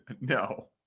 No